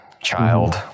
child